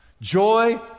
joy